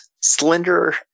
slender